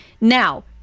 Now